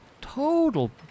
Total